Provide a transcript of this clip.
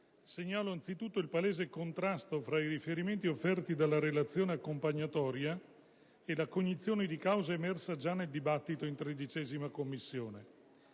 segnalo anzitutto il palese contrasto tra i riferimenti offerti dalla relazione accompagnatoria e la cognizione di causa emersa già nel dibattito in 13a Commissione: